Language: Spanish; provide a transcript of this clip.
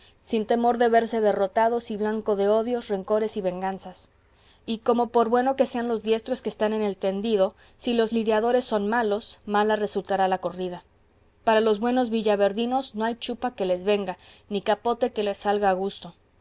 sin temor de verse derrotados y blanco de odios rencores y venganzas y como por buenos que sean los diestros que están en el tendido si los lidiadores son malos mala resultará la corrida para los buenos villaverdinos no hay chupa que les venga ni capote que les salga a gusto